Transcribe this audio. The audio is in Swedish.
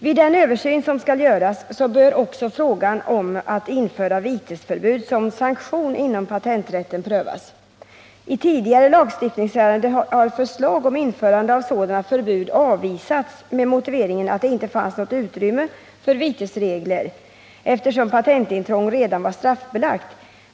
Vid den översyn som nu skall göras bör också frågan om att införa vitesförbud som sanktion inom patenträtten prövas. I tidigare lagstiftningsärende har förslag om införande av sådana förbud avvisats med motiveringen att det inte fanns något utrymme för vitesregler eftersom patentintrång redan var straffbelagt.